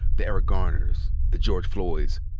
the eric garners, the george floyds,